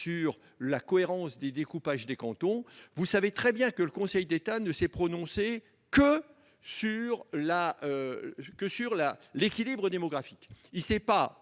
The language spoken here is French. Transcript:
sur la cohérence des découpages des cantons. Vous le savez très bien, le Conseil d'État ne s'est prononcé que sur l'équilibre démographique